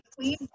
please